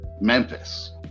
Memphis